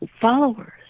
followers